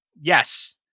Yes